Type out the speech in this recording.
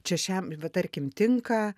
čia šiam va tarkim tinka